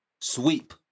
Sweep